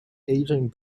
ageing